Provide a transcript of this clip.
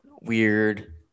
weird